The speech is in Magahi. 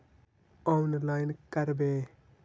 औनलाईन करवे?